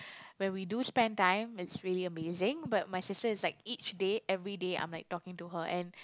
when we do spend time it's really amazing but my sister is like each day everyday I'm like talking to her and